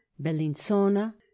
bellinzona